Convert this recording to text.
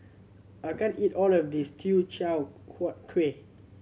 I can't eat all of this Teochew Huat Kueh